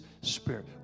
spirit